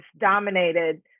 dominated